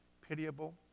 pitiable